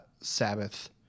Sabbath